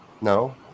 No